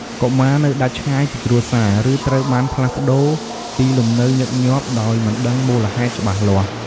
កុមារនៅដាច់ឆ្ងាយពីគ្រួសារ ឬត្រូវបានផ្លាស់ប្តូរទីលំនៅញឹកញាប់ដោយមិនដឹងមូលហេតុច្បាស់លាស់។